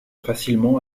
facilement